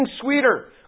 sweeter